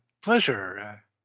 pleasure